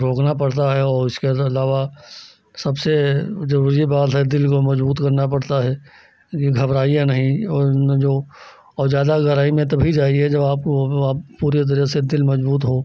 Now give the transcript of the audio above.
रोकना पड़ता है और इसके अलावा सबसे ओ ज़रूरी बात है दिल को मज़बूत करना पड़ता है कि घबराइए नहीं और न जो और ज़्यादा गहराई में तभी जाइए जब आपको आप पूरी तरह से दिल मज़बूत हो